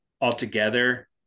altogether